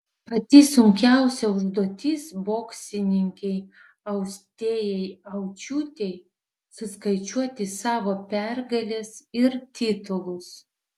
pati sunkiausia užduotis boksininkei austėjai aučiūtei suskaičiuoti savo pergales ir titulus